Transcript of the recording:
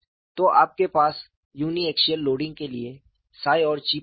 तो आपके पास यूनि एक्सियल लोडिंग के लिए 𝜳 और 𝛘 प्राइम है